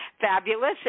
fabulous